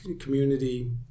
community